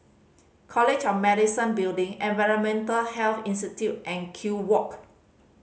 College of Medicine Building Environmental Health Institute and Kew Walk